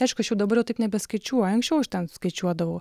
tai aišku aš jau dabar jau taip nebeskaičiuojančiu anksčiau aš ten skaičiuodavau